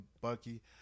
Bucky